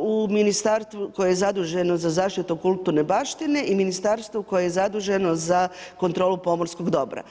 u ministarstvu, koje je zaduženo za zaštitu kulturne baštine i ministarstvu, koje je zaduženo za kontrolu pomorskog dobra.